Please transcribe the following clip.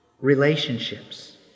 relationships